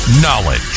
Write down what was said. Knowledge